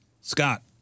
Scott